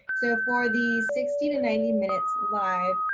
so for the sixty to ninety minutes live,